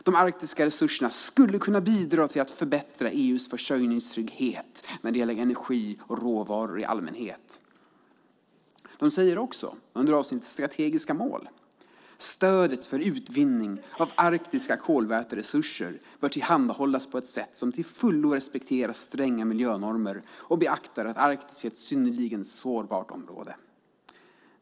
De arktiska resurserna skulle kunna bidra till att förbättra EU:s försörjningstrygghet när det gäller energi och råvaror i allmänhet. Under avsnittet Strategiska mål säger kommissionen att stödet för utvinning av arktiska kolväteresurser bör tillhandahållas på ett sätt som till fullo respekterar stränga miljönormer och beaktar att Arktis är ett synnerligen sårbart område.